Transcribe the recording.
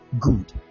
good